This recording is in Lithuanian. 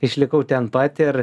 išlikau ten pat ir